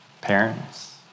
parents